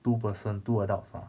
two person two adults ah